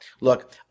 Look